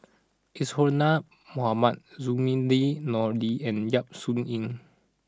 Isadhora Mohamed Zainudin Nordin and Yap Su Yin